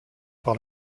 par